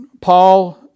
Paul